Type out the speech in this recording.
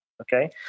Okay